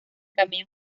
cameos